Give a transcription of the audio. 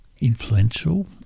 influential